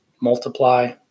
multiply